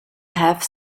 have